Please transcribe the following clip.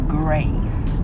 grace